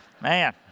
man